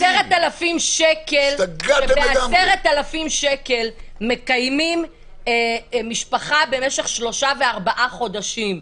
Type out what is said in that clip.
יש אנשים שב-10,000 שקל מקיימים משפחה במשך שלושה וארבעה חודשים.